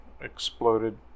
exploded